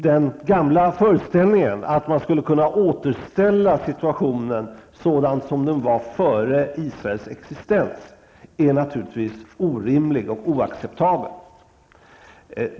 Den gamla föreställningen att man skulle kunna återställa situationen sådan den var före Israels existens är naturligtvis orimlig och oacceptabel.